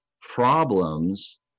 Problems